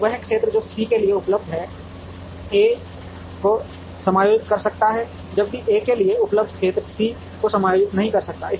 अब वह क्षेत्र जो C के लिए उपलब्ध है A को समायोजित कर सकता है जबकि A के लिए उपलब्ध क्षेत्र C को समायोजित नहीं कर सकता